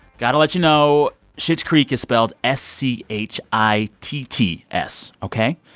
got to let you know schitt's creek is spelled s c h i t t s. ok?